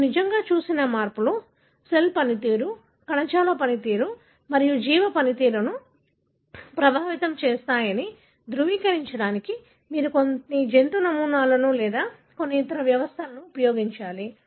మీరు నిజంగా చూసిన మార్పులు సెల్ పనితీరు కణజాల పనితీరు మరియు జీవి పనితీరును ప్రభావితం చేస్తాయని ధృవీకరించడానికి మీరు కొన్ని జంతు నమూనాలు లేదా కొన్ని ఇతర వ్యవస్థలను ఉపయోగించాలి